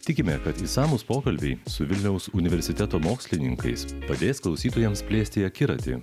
tikime kad išsamūs pokalbiai su vilniaus universiteto mokslininkais padės klausytojams plėsti akiratį